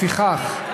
לפיכך,